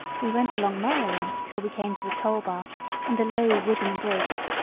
we went along merrily till we came to the toll-bar and the low wooden bridge.